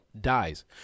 dies